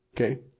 Okay